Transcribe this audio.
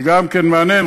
גם כן מהנהן.